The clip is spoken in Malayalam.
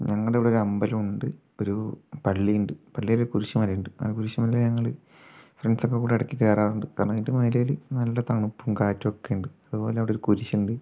ഞങ്ങളുടെ ഇവിടെ ഒരു അമ്പലം ഉണ്ട് ഒരു പള്ളി ഉണ്ട് പള്ളിയില് ഒരു കുരിശുമല ഉണ്ട് ആ കുരിശുമല ഞങ്ങള് ഫ്രണ്ട്സ് ഒക്കെ കൂടെ ഇടയ്ക്ക് കയറാറുണ്ട് കാരണം അതിൻ്റെ മേലെ നല്ല തണുപ്പും കാറ്റും ഒക്കെ ഉണ്ട് അതുപോലെ അവിടെ ഒരു കുരിശ് ഉണ്ട്